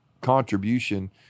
contribution